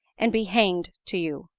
and be hanged to you.